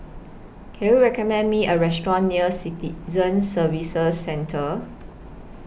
Can YOU recommend Me A Restaurant near Citizen Services Centre